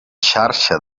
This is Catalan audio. xarxa